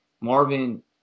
Marvin